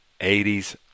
80s